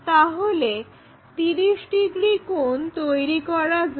তাহলে 30° কোণ তৈরি করা যাক